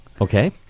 Okay